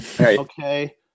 Okay